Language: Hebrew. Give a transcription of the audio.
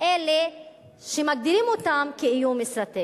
אלה שמגדירים אותם כאיום אסטרטגי.